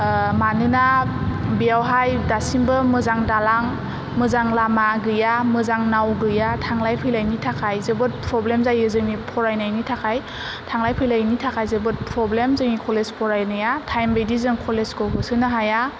मानोना बेवहाय दासिमबो मोजां दालां मोजां लामा गैया मोजां नाव गैया थांलाय फैलायनि थाखाय जोबोद प्रब्लेम जायो जोंनि फरायनायनि थाखाय थांलाय फैलायनि थाखाय जोबोद प्रब्लेम जोंनि कलेज फरायनाया थायेम बायदि जों कलेजखौ होसोनो हाया